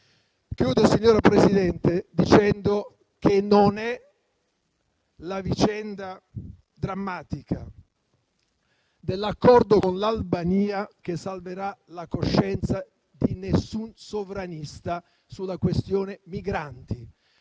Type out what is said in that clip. migranti. Signora Presidente, concludo dicendo che non è la vicenda, drammatica, dell'accordo con l'Albania che salverà la coscienza di qualunque sovranista sulla questione migranti.